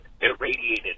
irradiated